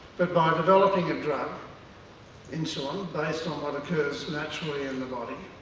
but by developing a drug insulin, based on what occurs naturally in the body,